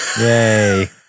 Yay